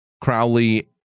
Crowley